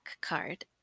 card